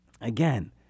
again